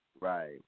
Right